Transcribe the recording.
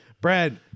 Brad